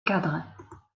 cadre